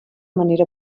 manera